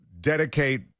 dedicate